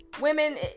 Women